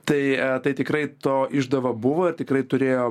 tai tai tikrai to išdava buvo ir tikrai turėjom